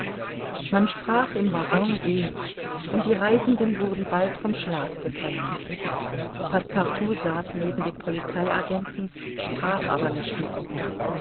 man sprach im waggon wenig und die reisenden wurden bald vom schlaf befallen passepartout saß neben dem polizei agenten sprach aber nicht mit ihm